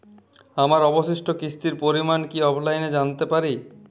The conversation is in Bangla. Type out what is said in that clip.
আমার অবশিষ্ট কিস্তির পরিমাণ কি অফলাইনে জানতে পারি?